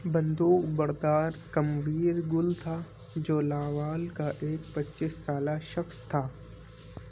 بندوق بردار کمویر گل تھا، جو لاوال کا ایک پچیس سالہ شخص تھا